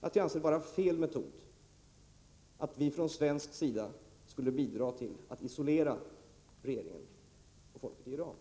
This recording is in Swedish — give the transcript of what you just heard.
att jag anser det vara fel metod att från svensk sida bidra till att isolera regeringen och folket i Iran.